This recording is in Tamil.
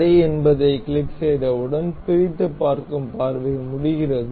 சரி என்பதைக் கிளிக் செய்தவுடன் பிரித்துப் பார்க்கும் பார்வை முடிகிறது